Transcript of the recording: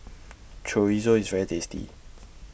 Chorizo IS very tasty